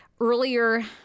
earlier